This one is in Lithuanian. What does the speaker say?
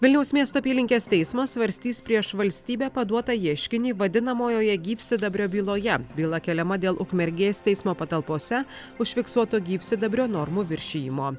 vilniaus miesto apylinkės teismas svarstys prieš valstybę paduotą ieškinį vadinamojoje gyvsidabrio byloje byla keliama dėl ukmergės teismo patalpose užfiksuoto gyvsidabrio normų viršijimo